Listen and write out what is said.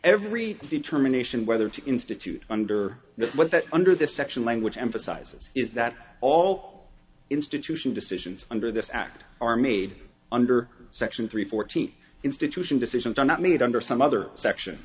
every determination whether to institute under the what that under the section language emphasizes is that all institution decisions under this act are made under section three fourteen institution decisions are not made under some other section